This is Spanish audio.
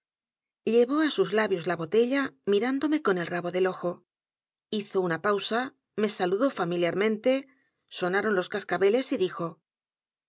llevó á sus labios la botella mirándome con el r a b o del ojo hizo una pausa me saludó familiarmente sonaron los cascabeles y dijo